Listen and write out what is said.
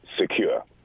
secure